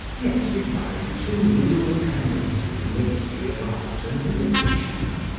yet define two real tendencies in the history of art and literature.